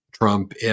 Trump